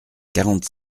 quarante